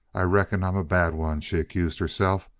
i reckon i'm a bad one, she accused herself.